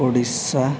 Odisha